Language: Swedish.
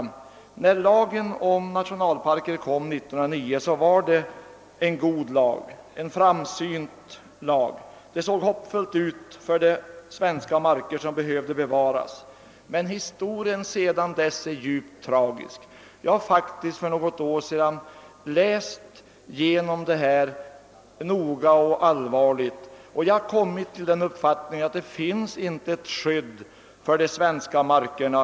När lagen om nationalparker tillkom år 1909 var detta en god och framsynt lag. Det såg hoppfullt ut för de svenska marker som behövde bevaras, men sedan har historien visat sig djupt tragisk. Jag har faktiskt för något år sedan läst igenom ärendet noga och allvarligt, och jag har därvid kommit till den uppfattningen, att det saknas ett tillräckligt starkt skydd för de svenska markerna.